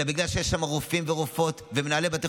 אלא בגלל שיש שם רופאים ורופאות ומנהלי בתי